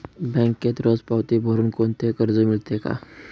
बँकेत रोज पावती भरुन कोणते कर्ज मिळते का?